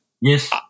Yes